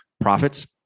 profits